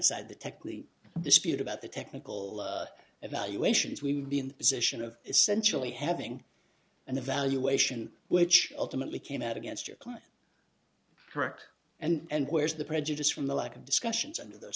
aside the technically dispute about the technical evaluations we would be in the position of essentially having an evaluation which ultimately came out against your client correct and where's the prejudice from the lack of discussions under those